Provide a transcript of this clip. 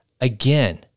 Again